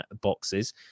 boxes